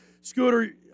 Scooter